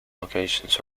locations